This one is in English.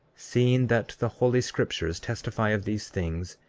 seeing that the holy scriptures testify of these things,